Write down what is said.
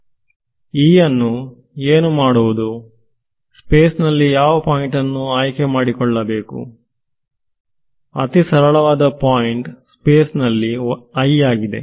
Eಅನ್ನು ಏನು ಮಾಡುವುದು ಸ್ಪೇಸ್ ನಲ್ಲಿ ಯಾವ ಪಾಯಿಂಟ್ ಅನ್ನು ಆಯ್ಕೆಮಾಡಿಕೊಳ್ಳಬೇಕು ಅತಿಸರಳವಾದ ಪಾಯಿಂಟ್ ಸ್ಪೇಸ್ ನಲ್ಲಿ ಆಗಿದೆ